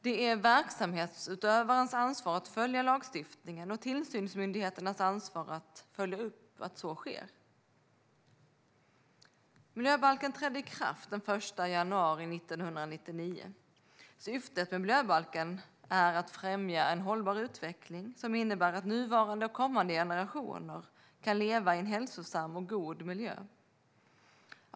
Det är verksamhetsutövarens ansvar att följa lagstiftningen och tillsynsmyndigheternas ansvar att följa upp att så sker. Miljöbalken trädde i kraft den 1 januari 1999. Syftet med miljöbalken är att främja en hållbar utveckling som innebär att nuvarande och kommande generationer kan leva i en hälsosam och god miljö.